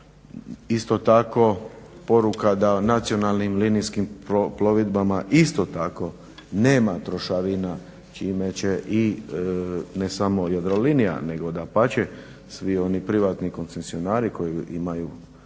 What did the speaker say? Isto tako poruka da nacionalnim linijskim plovidbama isto tako nema trošarina čime će i ne samo Jadrolinija nego dapače svi oni privatni koncesionari koji imaju